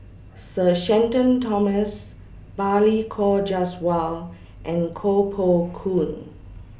Sir Shenton Thomas Balli Kaur Jaswal and Koh Poh Koon